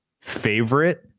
favorite